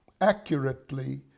accurately